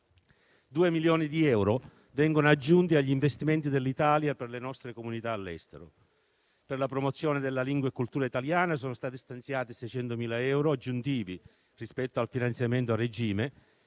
Due milioni di euro vengono aggiunti agli investimenti dell'Italia per le nostre comunità all'estero. Per la promozione della lingua e della cultura italiana sono stati stanziati 600.000 euro aggiuntivi rispetto al finanziamento a regime,